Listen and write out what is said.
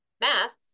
math